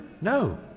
No